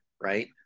right